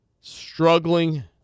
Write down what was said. Struggling